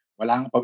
walang